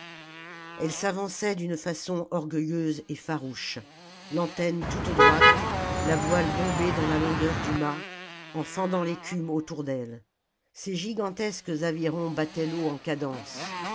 elle s'avançait d'une façon orgueilleuse et farouche l'antenne toute droite la voile bombée dans la longueur du mât en fendant l'écume autour d'elle ses gigantesques avirons battaient l'eau en cadence